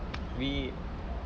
we